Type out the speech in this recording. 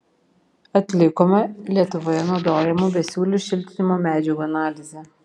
atlikome lietuvoje naudojamų besiūlių šiltinimo medžiagų analizę